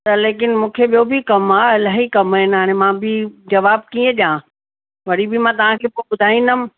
त लेकिन मूंखे ॿियो बि कम आहे इलाही कम आहिनि हाणे मां बि जवाब कीअं ॾिया वरी बि मां तव्हांखे पोइ ॿुधाईंदमि